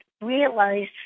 realize